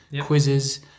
quizzes